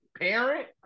parent